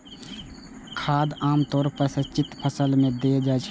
खाद आम तौर पर सिंचित फसल मे देल जाइत छै